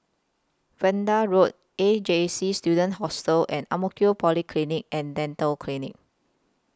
Vanda Road A J C Student Hostel and Ang Mo Kio Polyclinic and Dental Clinic